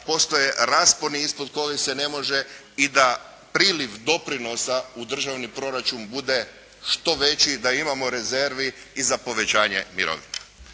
postoje rasponi ispod kojih se ne može i da priliv doprinosa u državni proračun bude što veći, da imamo rezervi i za povećanje mirovina.